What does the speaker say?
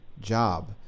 job